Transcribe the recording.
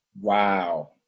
Wow